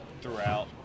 throughout